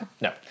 no